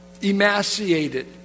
emaciated